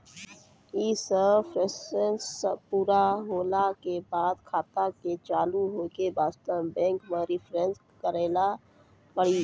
यी सब प्रोसेस पुरा होला के बाद खाता के चालू हो के वास्ते बैंक मे रिफ्रेश करैला पड़ी?